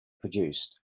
produced